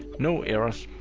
no errors.